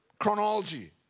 Chronology